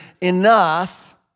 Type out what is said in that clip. enough